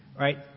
right